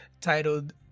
titled